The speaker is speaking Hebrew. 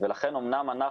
ולכן אומנם אנחנו,